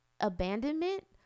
abandonment